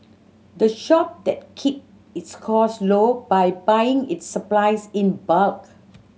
the shop that keep its cost low by buying its supplies in bulk